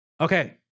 Okay